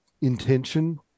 intention